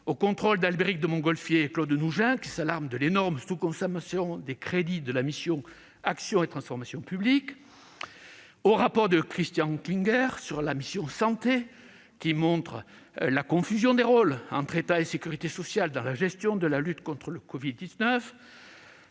au contrôle d'Albéric de Montgolfier et de Claude Nougein, qui s'alarment de l'énorme sous-consommation des crédits de la mission « Action et transformation publiques »; ou encore au rapport que Christian Klinger a consacré à la mission « Santé », montrant la confusion des rôles entre État et sécurité sociale dans la gestion de la lutte contre le covid-19,